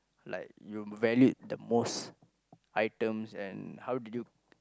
like you valued the most items and how did you